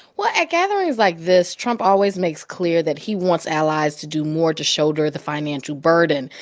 well, at gatherings like this, trump always makes clear that he wants allies to do more to shoulder the financial burden.